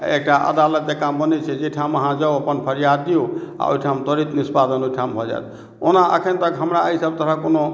एकटा अदालत जकाँ बनै छै जाहिठाम अहाँ जाउ अपन फरियाद दिऔ आओर ओहिठाम त्वरित निष्पादन ओहिठाम भऽ जाएत ओना एखन तक हमरा एहिसब तरहके कोनो